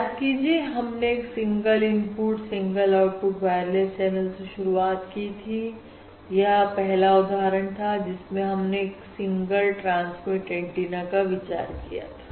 याद कीजिए हमने एक single input single output wireless channel से शुरुआत की थी और यह पहला उदाहरण था जिसमें हमने एक सिंगल ट्रांसमिट एंटीना का विचार किया था